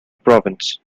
province